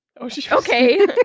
okay